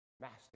master